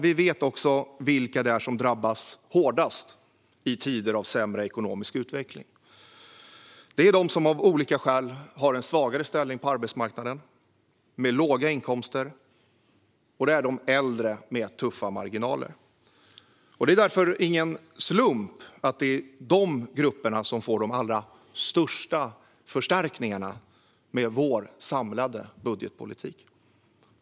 Vi vet också vilka det är som drabbas hårdast i tider av sämre ekonomisk utveckling. Det är de som av olika skäl har en svagare ställning på arbetsmarknaden med låga inkomster, och det är de äldre med tuffa marginaler. Det är därför ingen slump att det är de grupperna som får de allra största förstärkningarna med vår samlade budgetpolitik.